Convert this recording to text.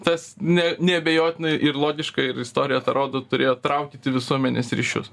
tas ne neabejotinai ir logiška ir istorija tą rodo turėjo traukyti visuomenės ryšius